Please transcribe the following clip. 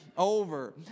Over